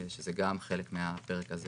שזה גם חלק מהפרק הזה